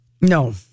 No